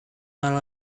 while